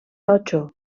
totxo